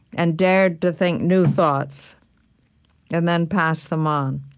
and dared to think new thoughts and then pass them on.